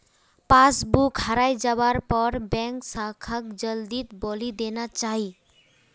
passbook हराई जवार पर बैंक शाखाक जल्दीत बोली देना चाई